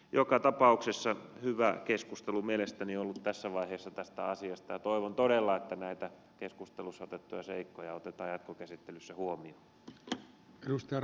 joka tapauksessa hyvä keskustelu mielestäni on ollut tässä vaiheessa tästä asiasta ja toivon todella että näitä keskustelussa otettuja seikkoja otetaan jatkokäsittelyssä huomioon